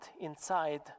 inside